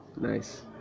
Nice